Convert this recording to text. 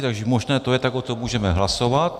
Takže možné to je, tak o tom můžeme hlasovat.